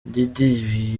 diddy